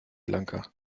lanka